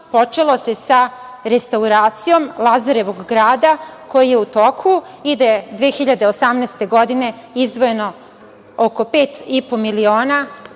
počelo se sa restauracijom Lazarevog grada koji je u toku i da je 2018. godine izdvojeno oko 5,5 miliona